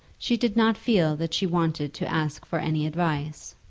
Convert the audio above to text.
she did not feel that she wanted to ask for any advice.